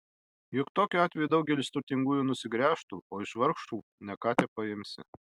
juk tokiu atveju daugelis turtingųjų nusigręžtų o iš vargšų ne ką tepaimsi